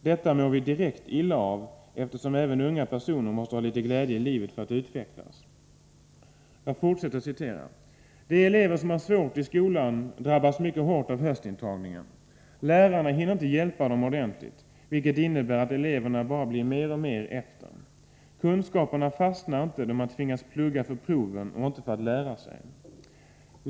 Detta mår vi direkt illa av, eftersom även unga personer måste ha lite glädje i livet för att utvecklas.” Jag fortsätter att citera: ”De elever som har svårt i skolan drabbas mycket hårt av höstintagningen. Lärarna hinner inte hjälpa dem ordentligt, vilket innebär att eleverna bara blir mer och mer efter. Kunskaperna fastnar inte då man tvingas plugga för proven och inte för att lära sig.